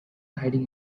hiding